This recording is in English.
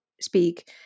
speak